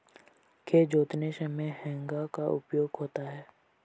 खेत जोतते समय हेंगा का उपयोग होता है